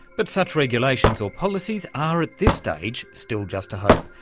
but such regulations or policies are at this stage still just a hope.